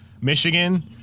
Michigan